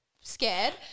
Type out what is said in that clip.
scared